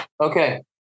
Okay